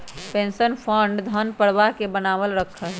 pension fund धन प्रवाह बनावल रखा हई